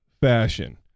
fashion